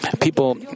People